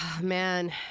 Man